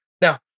Now